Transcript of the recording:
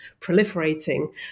proliferating